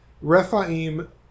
Rephaim